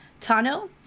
Tano